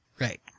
Right